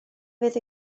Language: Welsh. fydd